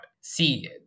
See